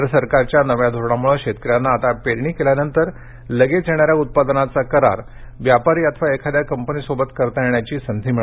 केंद्र सरकारच्या नव्या धोरणामुळे शेतकऱ्यांना आता पेरणी केल्यानंतर लगेच येणाऱ्या उत्पादनाचा करार व्यापारी अथवा एखाद्या कंपनीशी करता येण्याची संधी मिळाली आहे